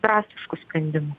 drastiškų sprendimų